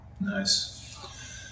Nice